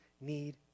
need